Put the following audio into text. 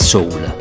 Soul